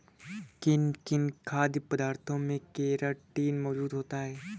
किन किन खाद्य पदार्थों में केराटिन मोजूद होता है?